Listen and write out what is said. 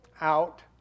out